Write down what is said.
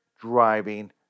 driving